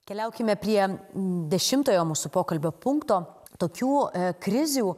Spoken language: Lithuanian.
keliaukime prie dešimtojo mūsų pokalbio punkto tokių krizių